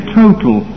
total